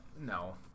no